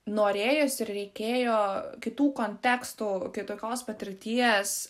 norėjosi ir reikėjo kitų kontekstų kitokios patirties